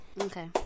Okay